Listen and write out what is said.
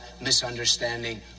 misunderstanding